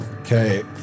Okay